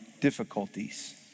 difficulties